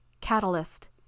catalyst